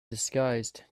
disguised